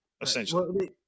Essentially